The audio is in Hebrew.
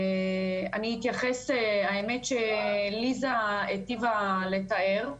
אני אתייחס, האמת שליזה היטיבה לתאר,